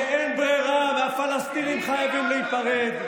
שאין ברירה והפלסטינים חייבים להיפרד.